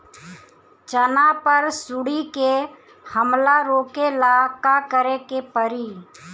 चना पर सुंडी के हमला रोके ला का करे के परी?